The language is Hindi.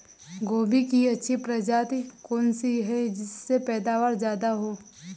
गोभी की अच्छी प्रजाति कौन सी है जिससे पैदावार ज्यादा हो?